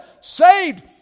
saved